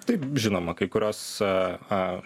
taip žinoma kai kurios a a